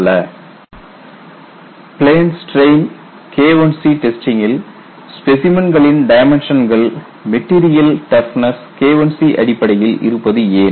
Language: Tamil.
கேள்வி பிளேன் ஸ்டிரெயின் K1C டெஸ்டிங்கில் ஸ்பெசிமன்களின் டைமென்ஷன்கள் மெட்டீரியல் டஃப்னஸ் K1C அடிப்படையில் இருப்பது ஏன்